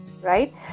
right